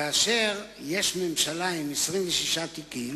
כאשר יש ממשלה עם 26 תיקים